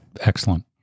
Excellent